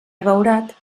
abeurat